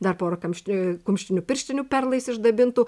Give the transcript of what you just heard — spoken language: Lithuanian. dar pora kamšti e kumštinių pirštinių perlais išdabintų